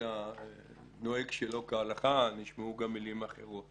וחלילה נוהג שלא כהלכה, נשמעו גם מילים אחרות